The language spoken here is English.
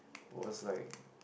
was like